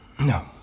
No